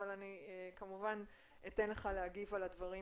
אבל אני אתן לעופר להגיב על הדברים